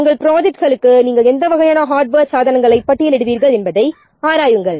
எனவே நம் ப்ரொஜெக்ட்களுக்கு எந்த வகையான ஹார்ட்வேர் சாதனங்களை பயன்படுத்துவோம் என்பதை ஆராய வேண்டும்